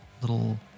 little